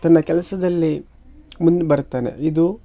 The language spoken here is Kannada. ತನ್ನ ಕೆಲಸದಲ್ಲಿ ಮುಂದೆ ಬರ್ತಾನೆ ಇದು